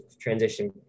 transition